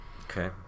Okay